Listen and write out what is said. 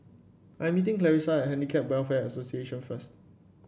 I am meeting Clarisa at Handicap Welfare Association first